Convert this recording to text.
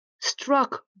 struck